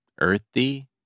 earthy